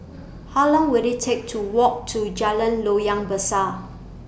How Long Will IT Take to Walk to Jalan Loyang Besar